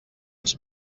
ens